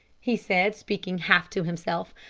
he said, speaking half to himself.